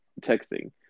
texting